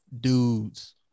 dudes